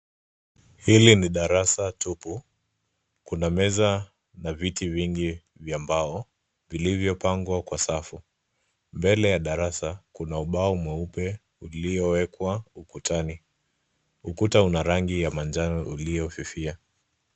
Hili ni darasa tupu kuna meza na viti vingi vya mbao vilivyopangwa kwa safu mbele ya darasa kuna ubao mweupe uliowekwa ukutani, ukuta una rangi ya njano uliofifia.